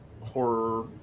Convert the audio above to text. horror